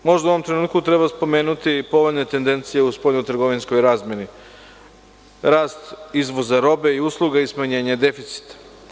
U ovom trenutku možda posebno treba spomenuti i povoljne tendencije u spoljno-trgovinskoj razmeni, rast izvoza robe i usluga i smanjenje deficita.